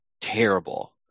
terrible